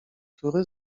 który